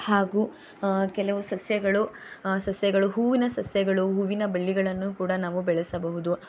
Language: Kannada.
ಹಾಗೂ ಕೆಲವು ಸಸ್ಯಗಳು ಸಸ್ಯಗಳು ಹೂವಿನ ಸಸ್ಯಗಳು ಹೂವಿನ ಬೆಳ್ಳಿಗಳನ್ನು ಕೂಡ ನಾವು ಬೆಳೆಸಬಹುದು